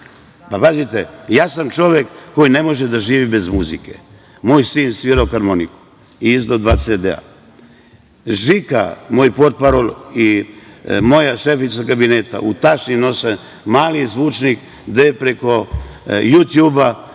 – žurke. Ja sam čovek koji ne može da živi bez muke. Moj sin je svirao harmoniku i izdao dva CD-a. Žika, moj portparol i moja šefica kabineta u tašni nose mali zvučnik gde preko Jutjuba